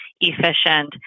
efficient